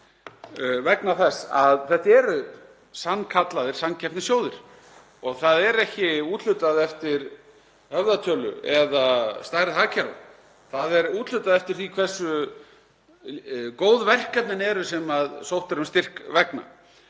vegna þess að þetta eru sannkallaðir samkeppnissjóðir og það er ekki úthlutað eftir höfðatölu eða stærð hagkerfis. Það er úthlutað eftir því hversu góð verkefnin eru sem sótt er um styrk vegna.